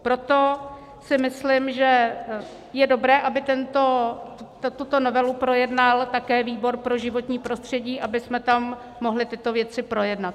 Proto si myslím, že je dobré, aby tuto novelu projednal také výbor pro životní prostředí, abychom tam mohli tyto věci projednat.